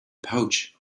pouch